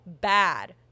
bad